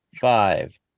five